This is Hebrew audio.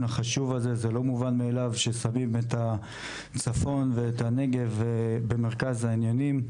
החשוב הזה ששמים את הצפון ואת הנגב במרכז העניינים,